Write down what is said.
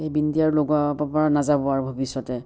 সেই বিন্দি আৰু লগোৱাৰপৰা নাযাব আৰু ভৱিষ্য়তে